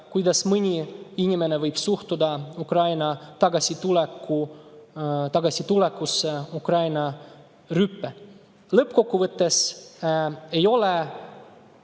kuidas mõni inimene võib suhtuda tagasitulekusse Ukraina rüppe. Lõppkokkuvõttes ei ole